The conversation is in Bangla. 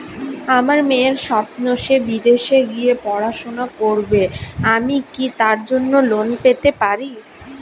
আমার মেয়ের স্বপ্ন সে বিদেশে গিয়ে পড়াশোনা করবে আমি কি তার জন্য লোন পেতে পারি?